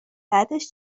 بعدش